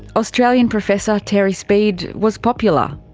australian professor terry speed was popular.